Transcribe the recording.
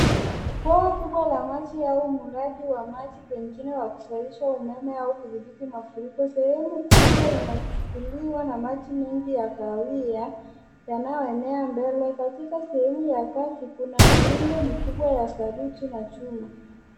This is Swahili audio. Bwawa kubwa la maji au mradi wa maji pengine wa kuzalisha umeme au kudhibiti mafuriko. Sehemu kubwa inachukuliwa na maji mengi ya kahawia yanayoenea mbele. Katika sehemu ya kati kuna miundo mikubwa ya saruji na chuma.